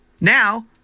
now